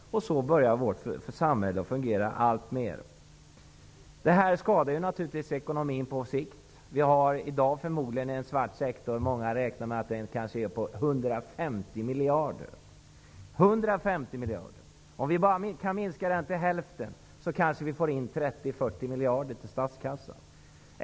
Så börjar vårt samhälle alltmer att fungera. Detta skadar naturligtvis ekonomin på sikt. Vi har i dag en svart sektor som har beräknats till 150 miljarder! Om vi bara kan minska den till hälften får vi kanske in 30-40 miljarder till statskassan.